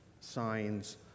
signs